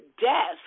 desk